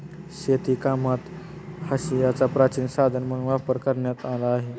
शेतीकामात हांशियाचा प्राचीन साधन म्हणून वापर करण्यात आला आहे